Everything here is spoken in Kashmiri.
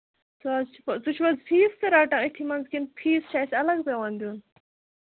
سُہ حظ چھُ تُہۍ چھِو حظ فیٖس تہِ رَٹان أتھۍتھٕے منٛز کِنہٕ فیٖس چھُ اَسہِ اَلگ پٮ۪وان دیُن